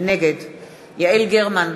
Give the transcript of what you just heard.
נגד יעל גרמן,